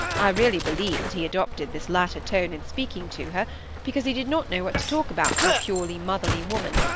i really believe that he adopted this latter tone in speaking to her because he did not know what to talk about to a purely motherly woman,